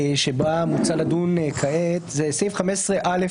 בה מוצע לדון כעת, זה סעיף 15א המוצע.